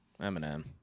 Eminem